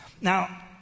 Now